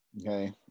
Okay